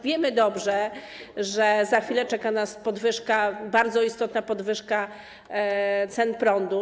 Wiemy dobrze, że za chwilę czeka nas bardzo istotna podwyżka cen prądu.